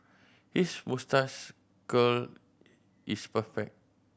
his moustache curl is perfect